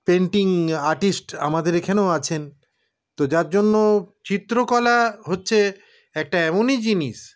painting artist আমাদের এখানেও আছেন তো যার জন্য চিত্রকলা হচ্ছে একটা এমনই জিনিস